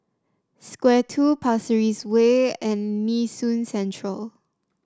Square Two Pasir Ris Way and Nee Soon Central